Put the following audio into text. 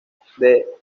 the